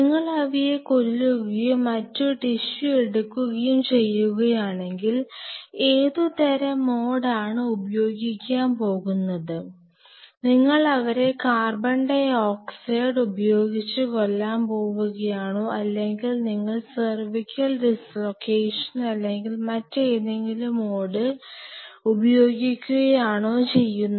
നിങ്ങൾ അവയെ കൊല്ലുകയും മറ്റ് ടിഷ്യു എടുക്കുകയും ചെയ്യുകയാണെങ്കിൽ ഏതുതരം മോഡാണ് ഉപയോഗിക്കാൻ പോകുന്നത് നിങ്ങൾ അവരെ കാർബൺ ഡൈ ഓക്സൈഡ് ഉപയോഗിച്ച് കൊല്ലാൻ പോവുകയാണോ അല്ലെങ്കിൽ നിങ്ങൾ സെർവിക്കൽ ഡിസ്ലോക്കേഷൻ അല്ലെങ്കിൽ മറ്റെന്തെങ്കിലും മോഡ് ഉപയോഗിക്കുകയാണോ ചെയ്യുന്നത്